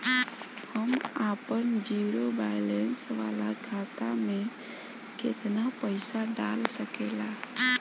हम आपन zero balance वाला खाता मे केतना पईसा डाल सकेला?